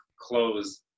close